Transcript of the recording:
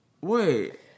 Wait